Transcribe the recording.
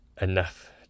enough